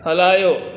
हलायो